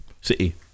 City